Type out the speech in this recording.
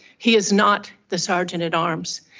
he is not the sergeant at arms.